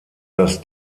dass